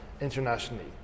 internationally